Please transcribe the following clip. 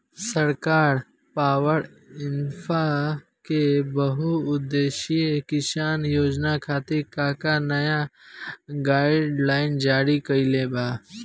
सरकार पॉवरइन्फ्रा के बहुउद्देश्यीय किसान योजना खातिर का का नया गाइडलाइन जारी कइले बा?